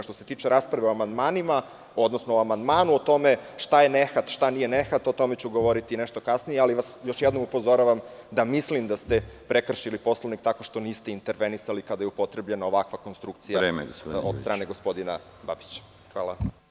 Što se tiče rasprave o amandmanu o tome šta je nehat, a šta nije, o tome ću govoriti nešto kasnije, ali vas još jednom upozoravam da mislim da ste prekršili Poslovnik, tako što niste intervenisali, kada je upotrebljena ovakva konstrukcija od strane gospodina Babića.